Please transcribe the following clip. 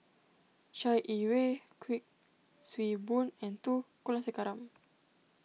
Chai Yee Wei Kuik Swee Boon and two Kulasekaram